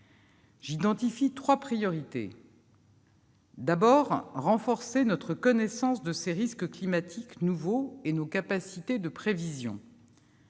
J'identifie trois priorités. Premièrement, il convient de renforcer notre connaissance de ces risques climatiques nouveaux et nos capacités de prévision.